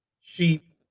sheep